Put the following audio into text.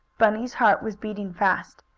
bunny's heart was beating fast.